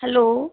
hello